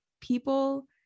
people